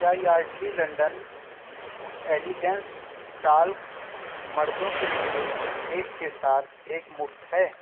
کیا Yardley London elegance talc مردوں کے لیے ایک کے ساتھ ایک مفت ہے